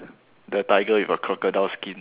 the tiger with a crocodile skin